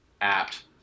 apt